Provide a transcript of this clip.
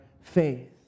faith